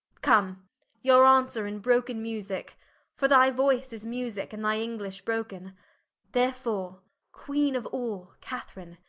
come your answer in broken musick for thy voyce is musick, and thy english broken therefore queene of all, katherine,